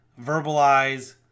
verbalize